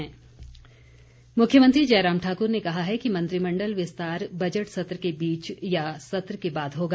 जयराम मुख्यमंत्री जयराम ठाकुर ने कहा है कि मंत्रिमंडल विस्तार बजट सत्र के बीच या सत्र के बाद होगा